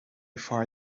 far